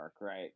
right